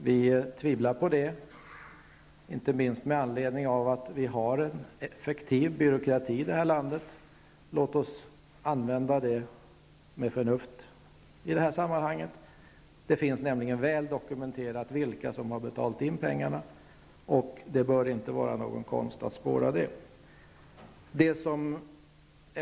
Vi tvivlar på det inte minst med tanke på att det finns en effektiv byråkrati i detta land. Låt oss använda oss av den med förnuft i detta sammanhang. Det är nämligen väl dokumenterat vilka som har betalat in pengarna, och det bör inte vara någon större konst att spåra dem.